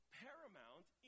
paramount